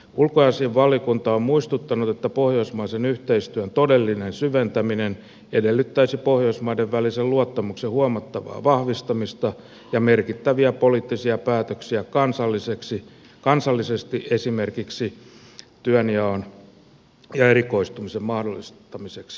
ulkoasiainvaliokunta on muistuttanut että pohjoismaisen yhteistyön todellinen syventäminen edellyttäisi pohjoismaiden välisen luottamuksen huomattavaa vahvistamista ja merkittäviä poliittisia päätöksiä kansallisesti esimerkiksi työnjaon ja erikoistumisen mahdollistamiseksi